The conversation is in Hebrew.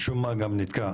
משום מה גם נתקע.